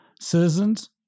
citizens